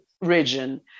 region